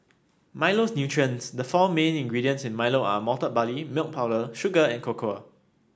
Milo's nutrients the four main ingredients in Milo are malted barley milk powder sugar and cocoa